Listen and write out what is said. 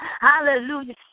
Hallelujah